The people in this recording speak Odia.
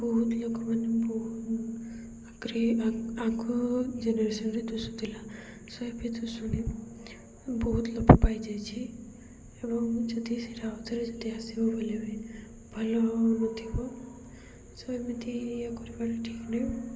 ବହୁତ ଲୋକମାନେ ବହୁତ ଆଗ ଜେନେରେସନ୍ରେ ଦୁଶୁଥିଲା ଏବେ ଦିଶୁନି ବହୁତ ଲୋପ ପାଇଯାଇଛି ଏବଂ ଯଦି ସେଇଟା ଆଉ ଥରେ ଯଦି ଆସିବ ବୋଲି ବି ଭଲ ହଉ ନଥିବ ଏମିତି ଇଏ କରିବାରେ ଠିକ୍ ନୁହେଁ